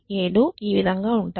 97 ఈ విధంగా ఉంటాయి